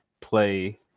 play